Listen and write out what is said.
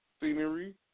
scenery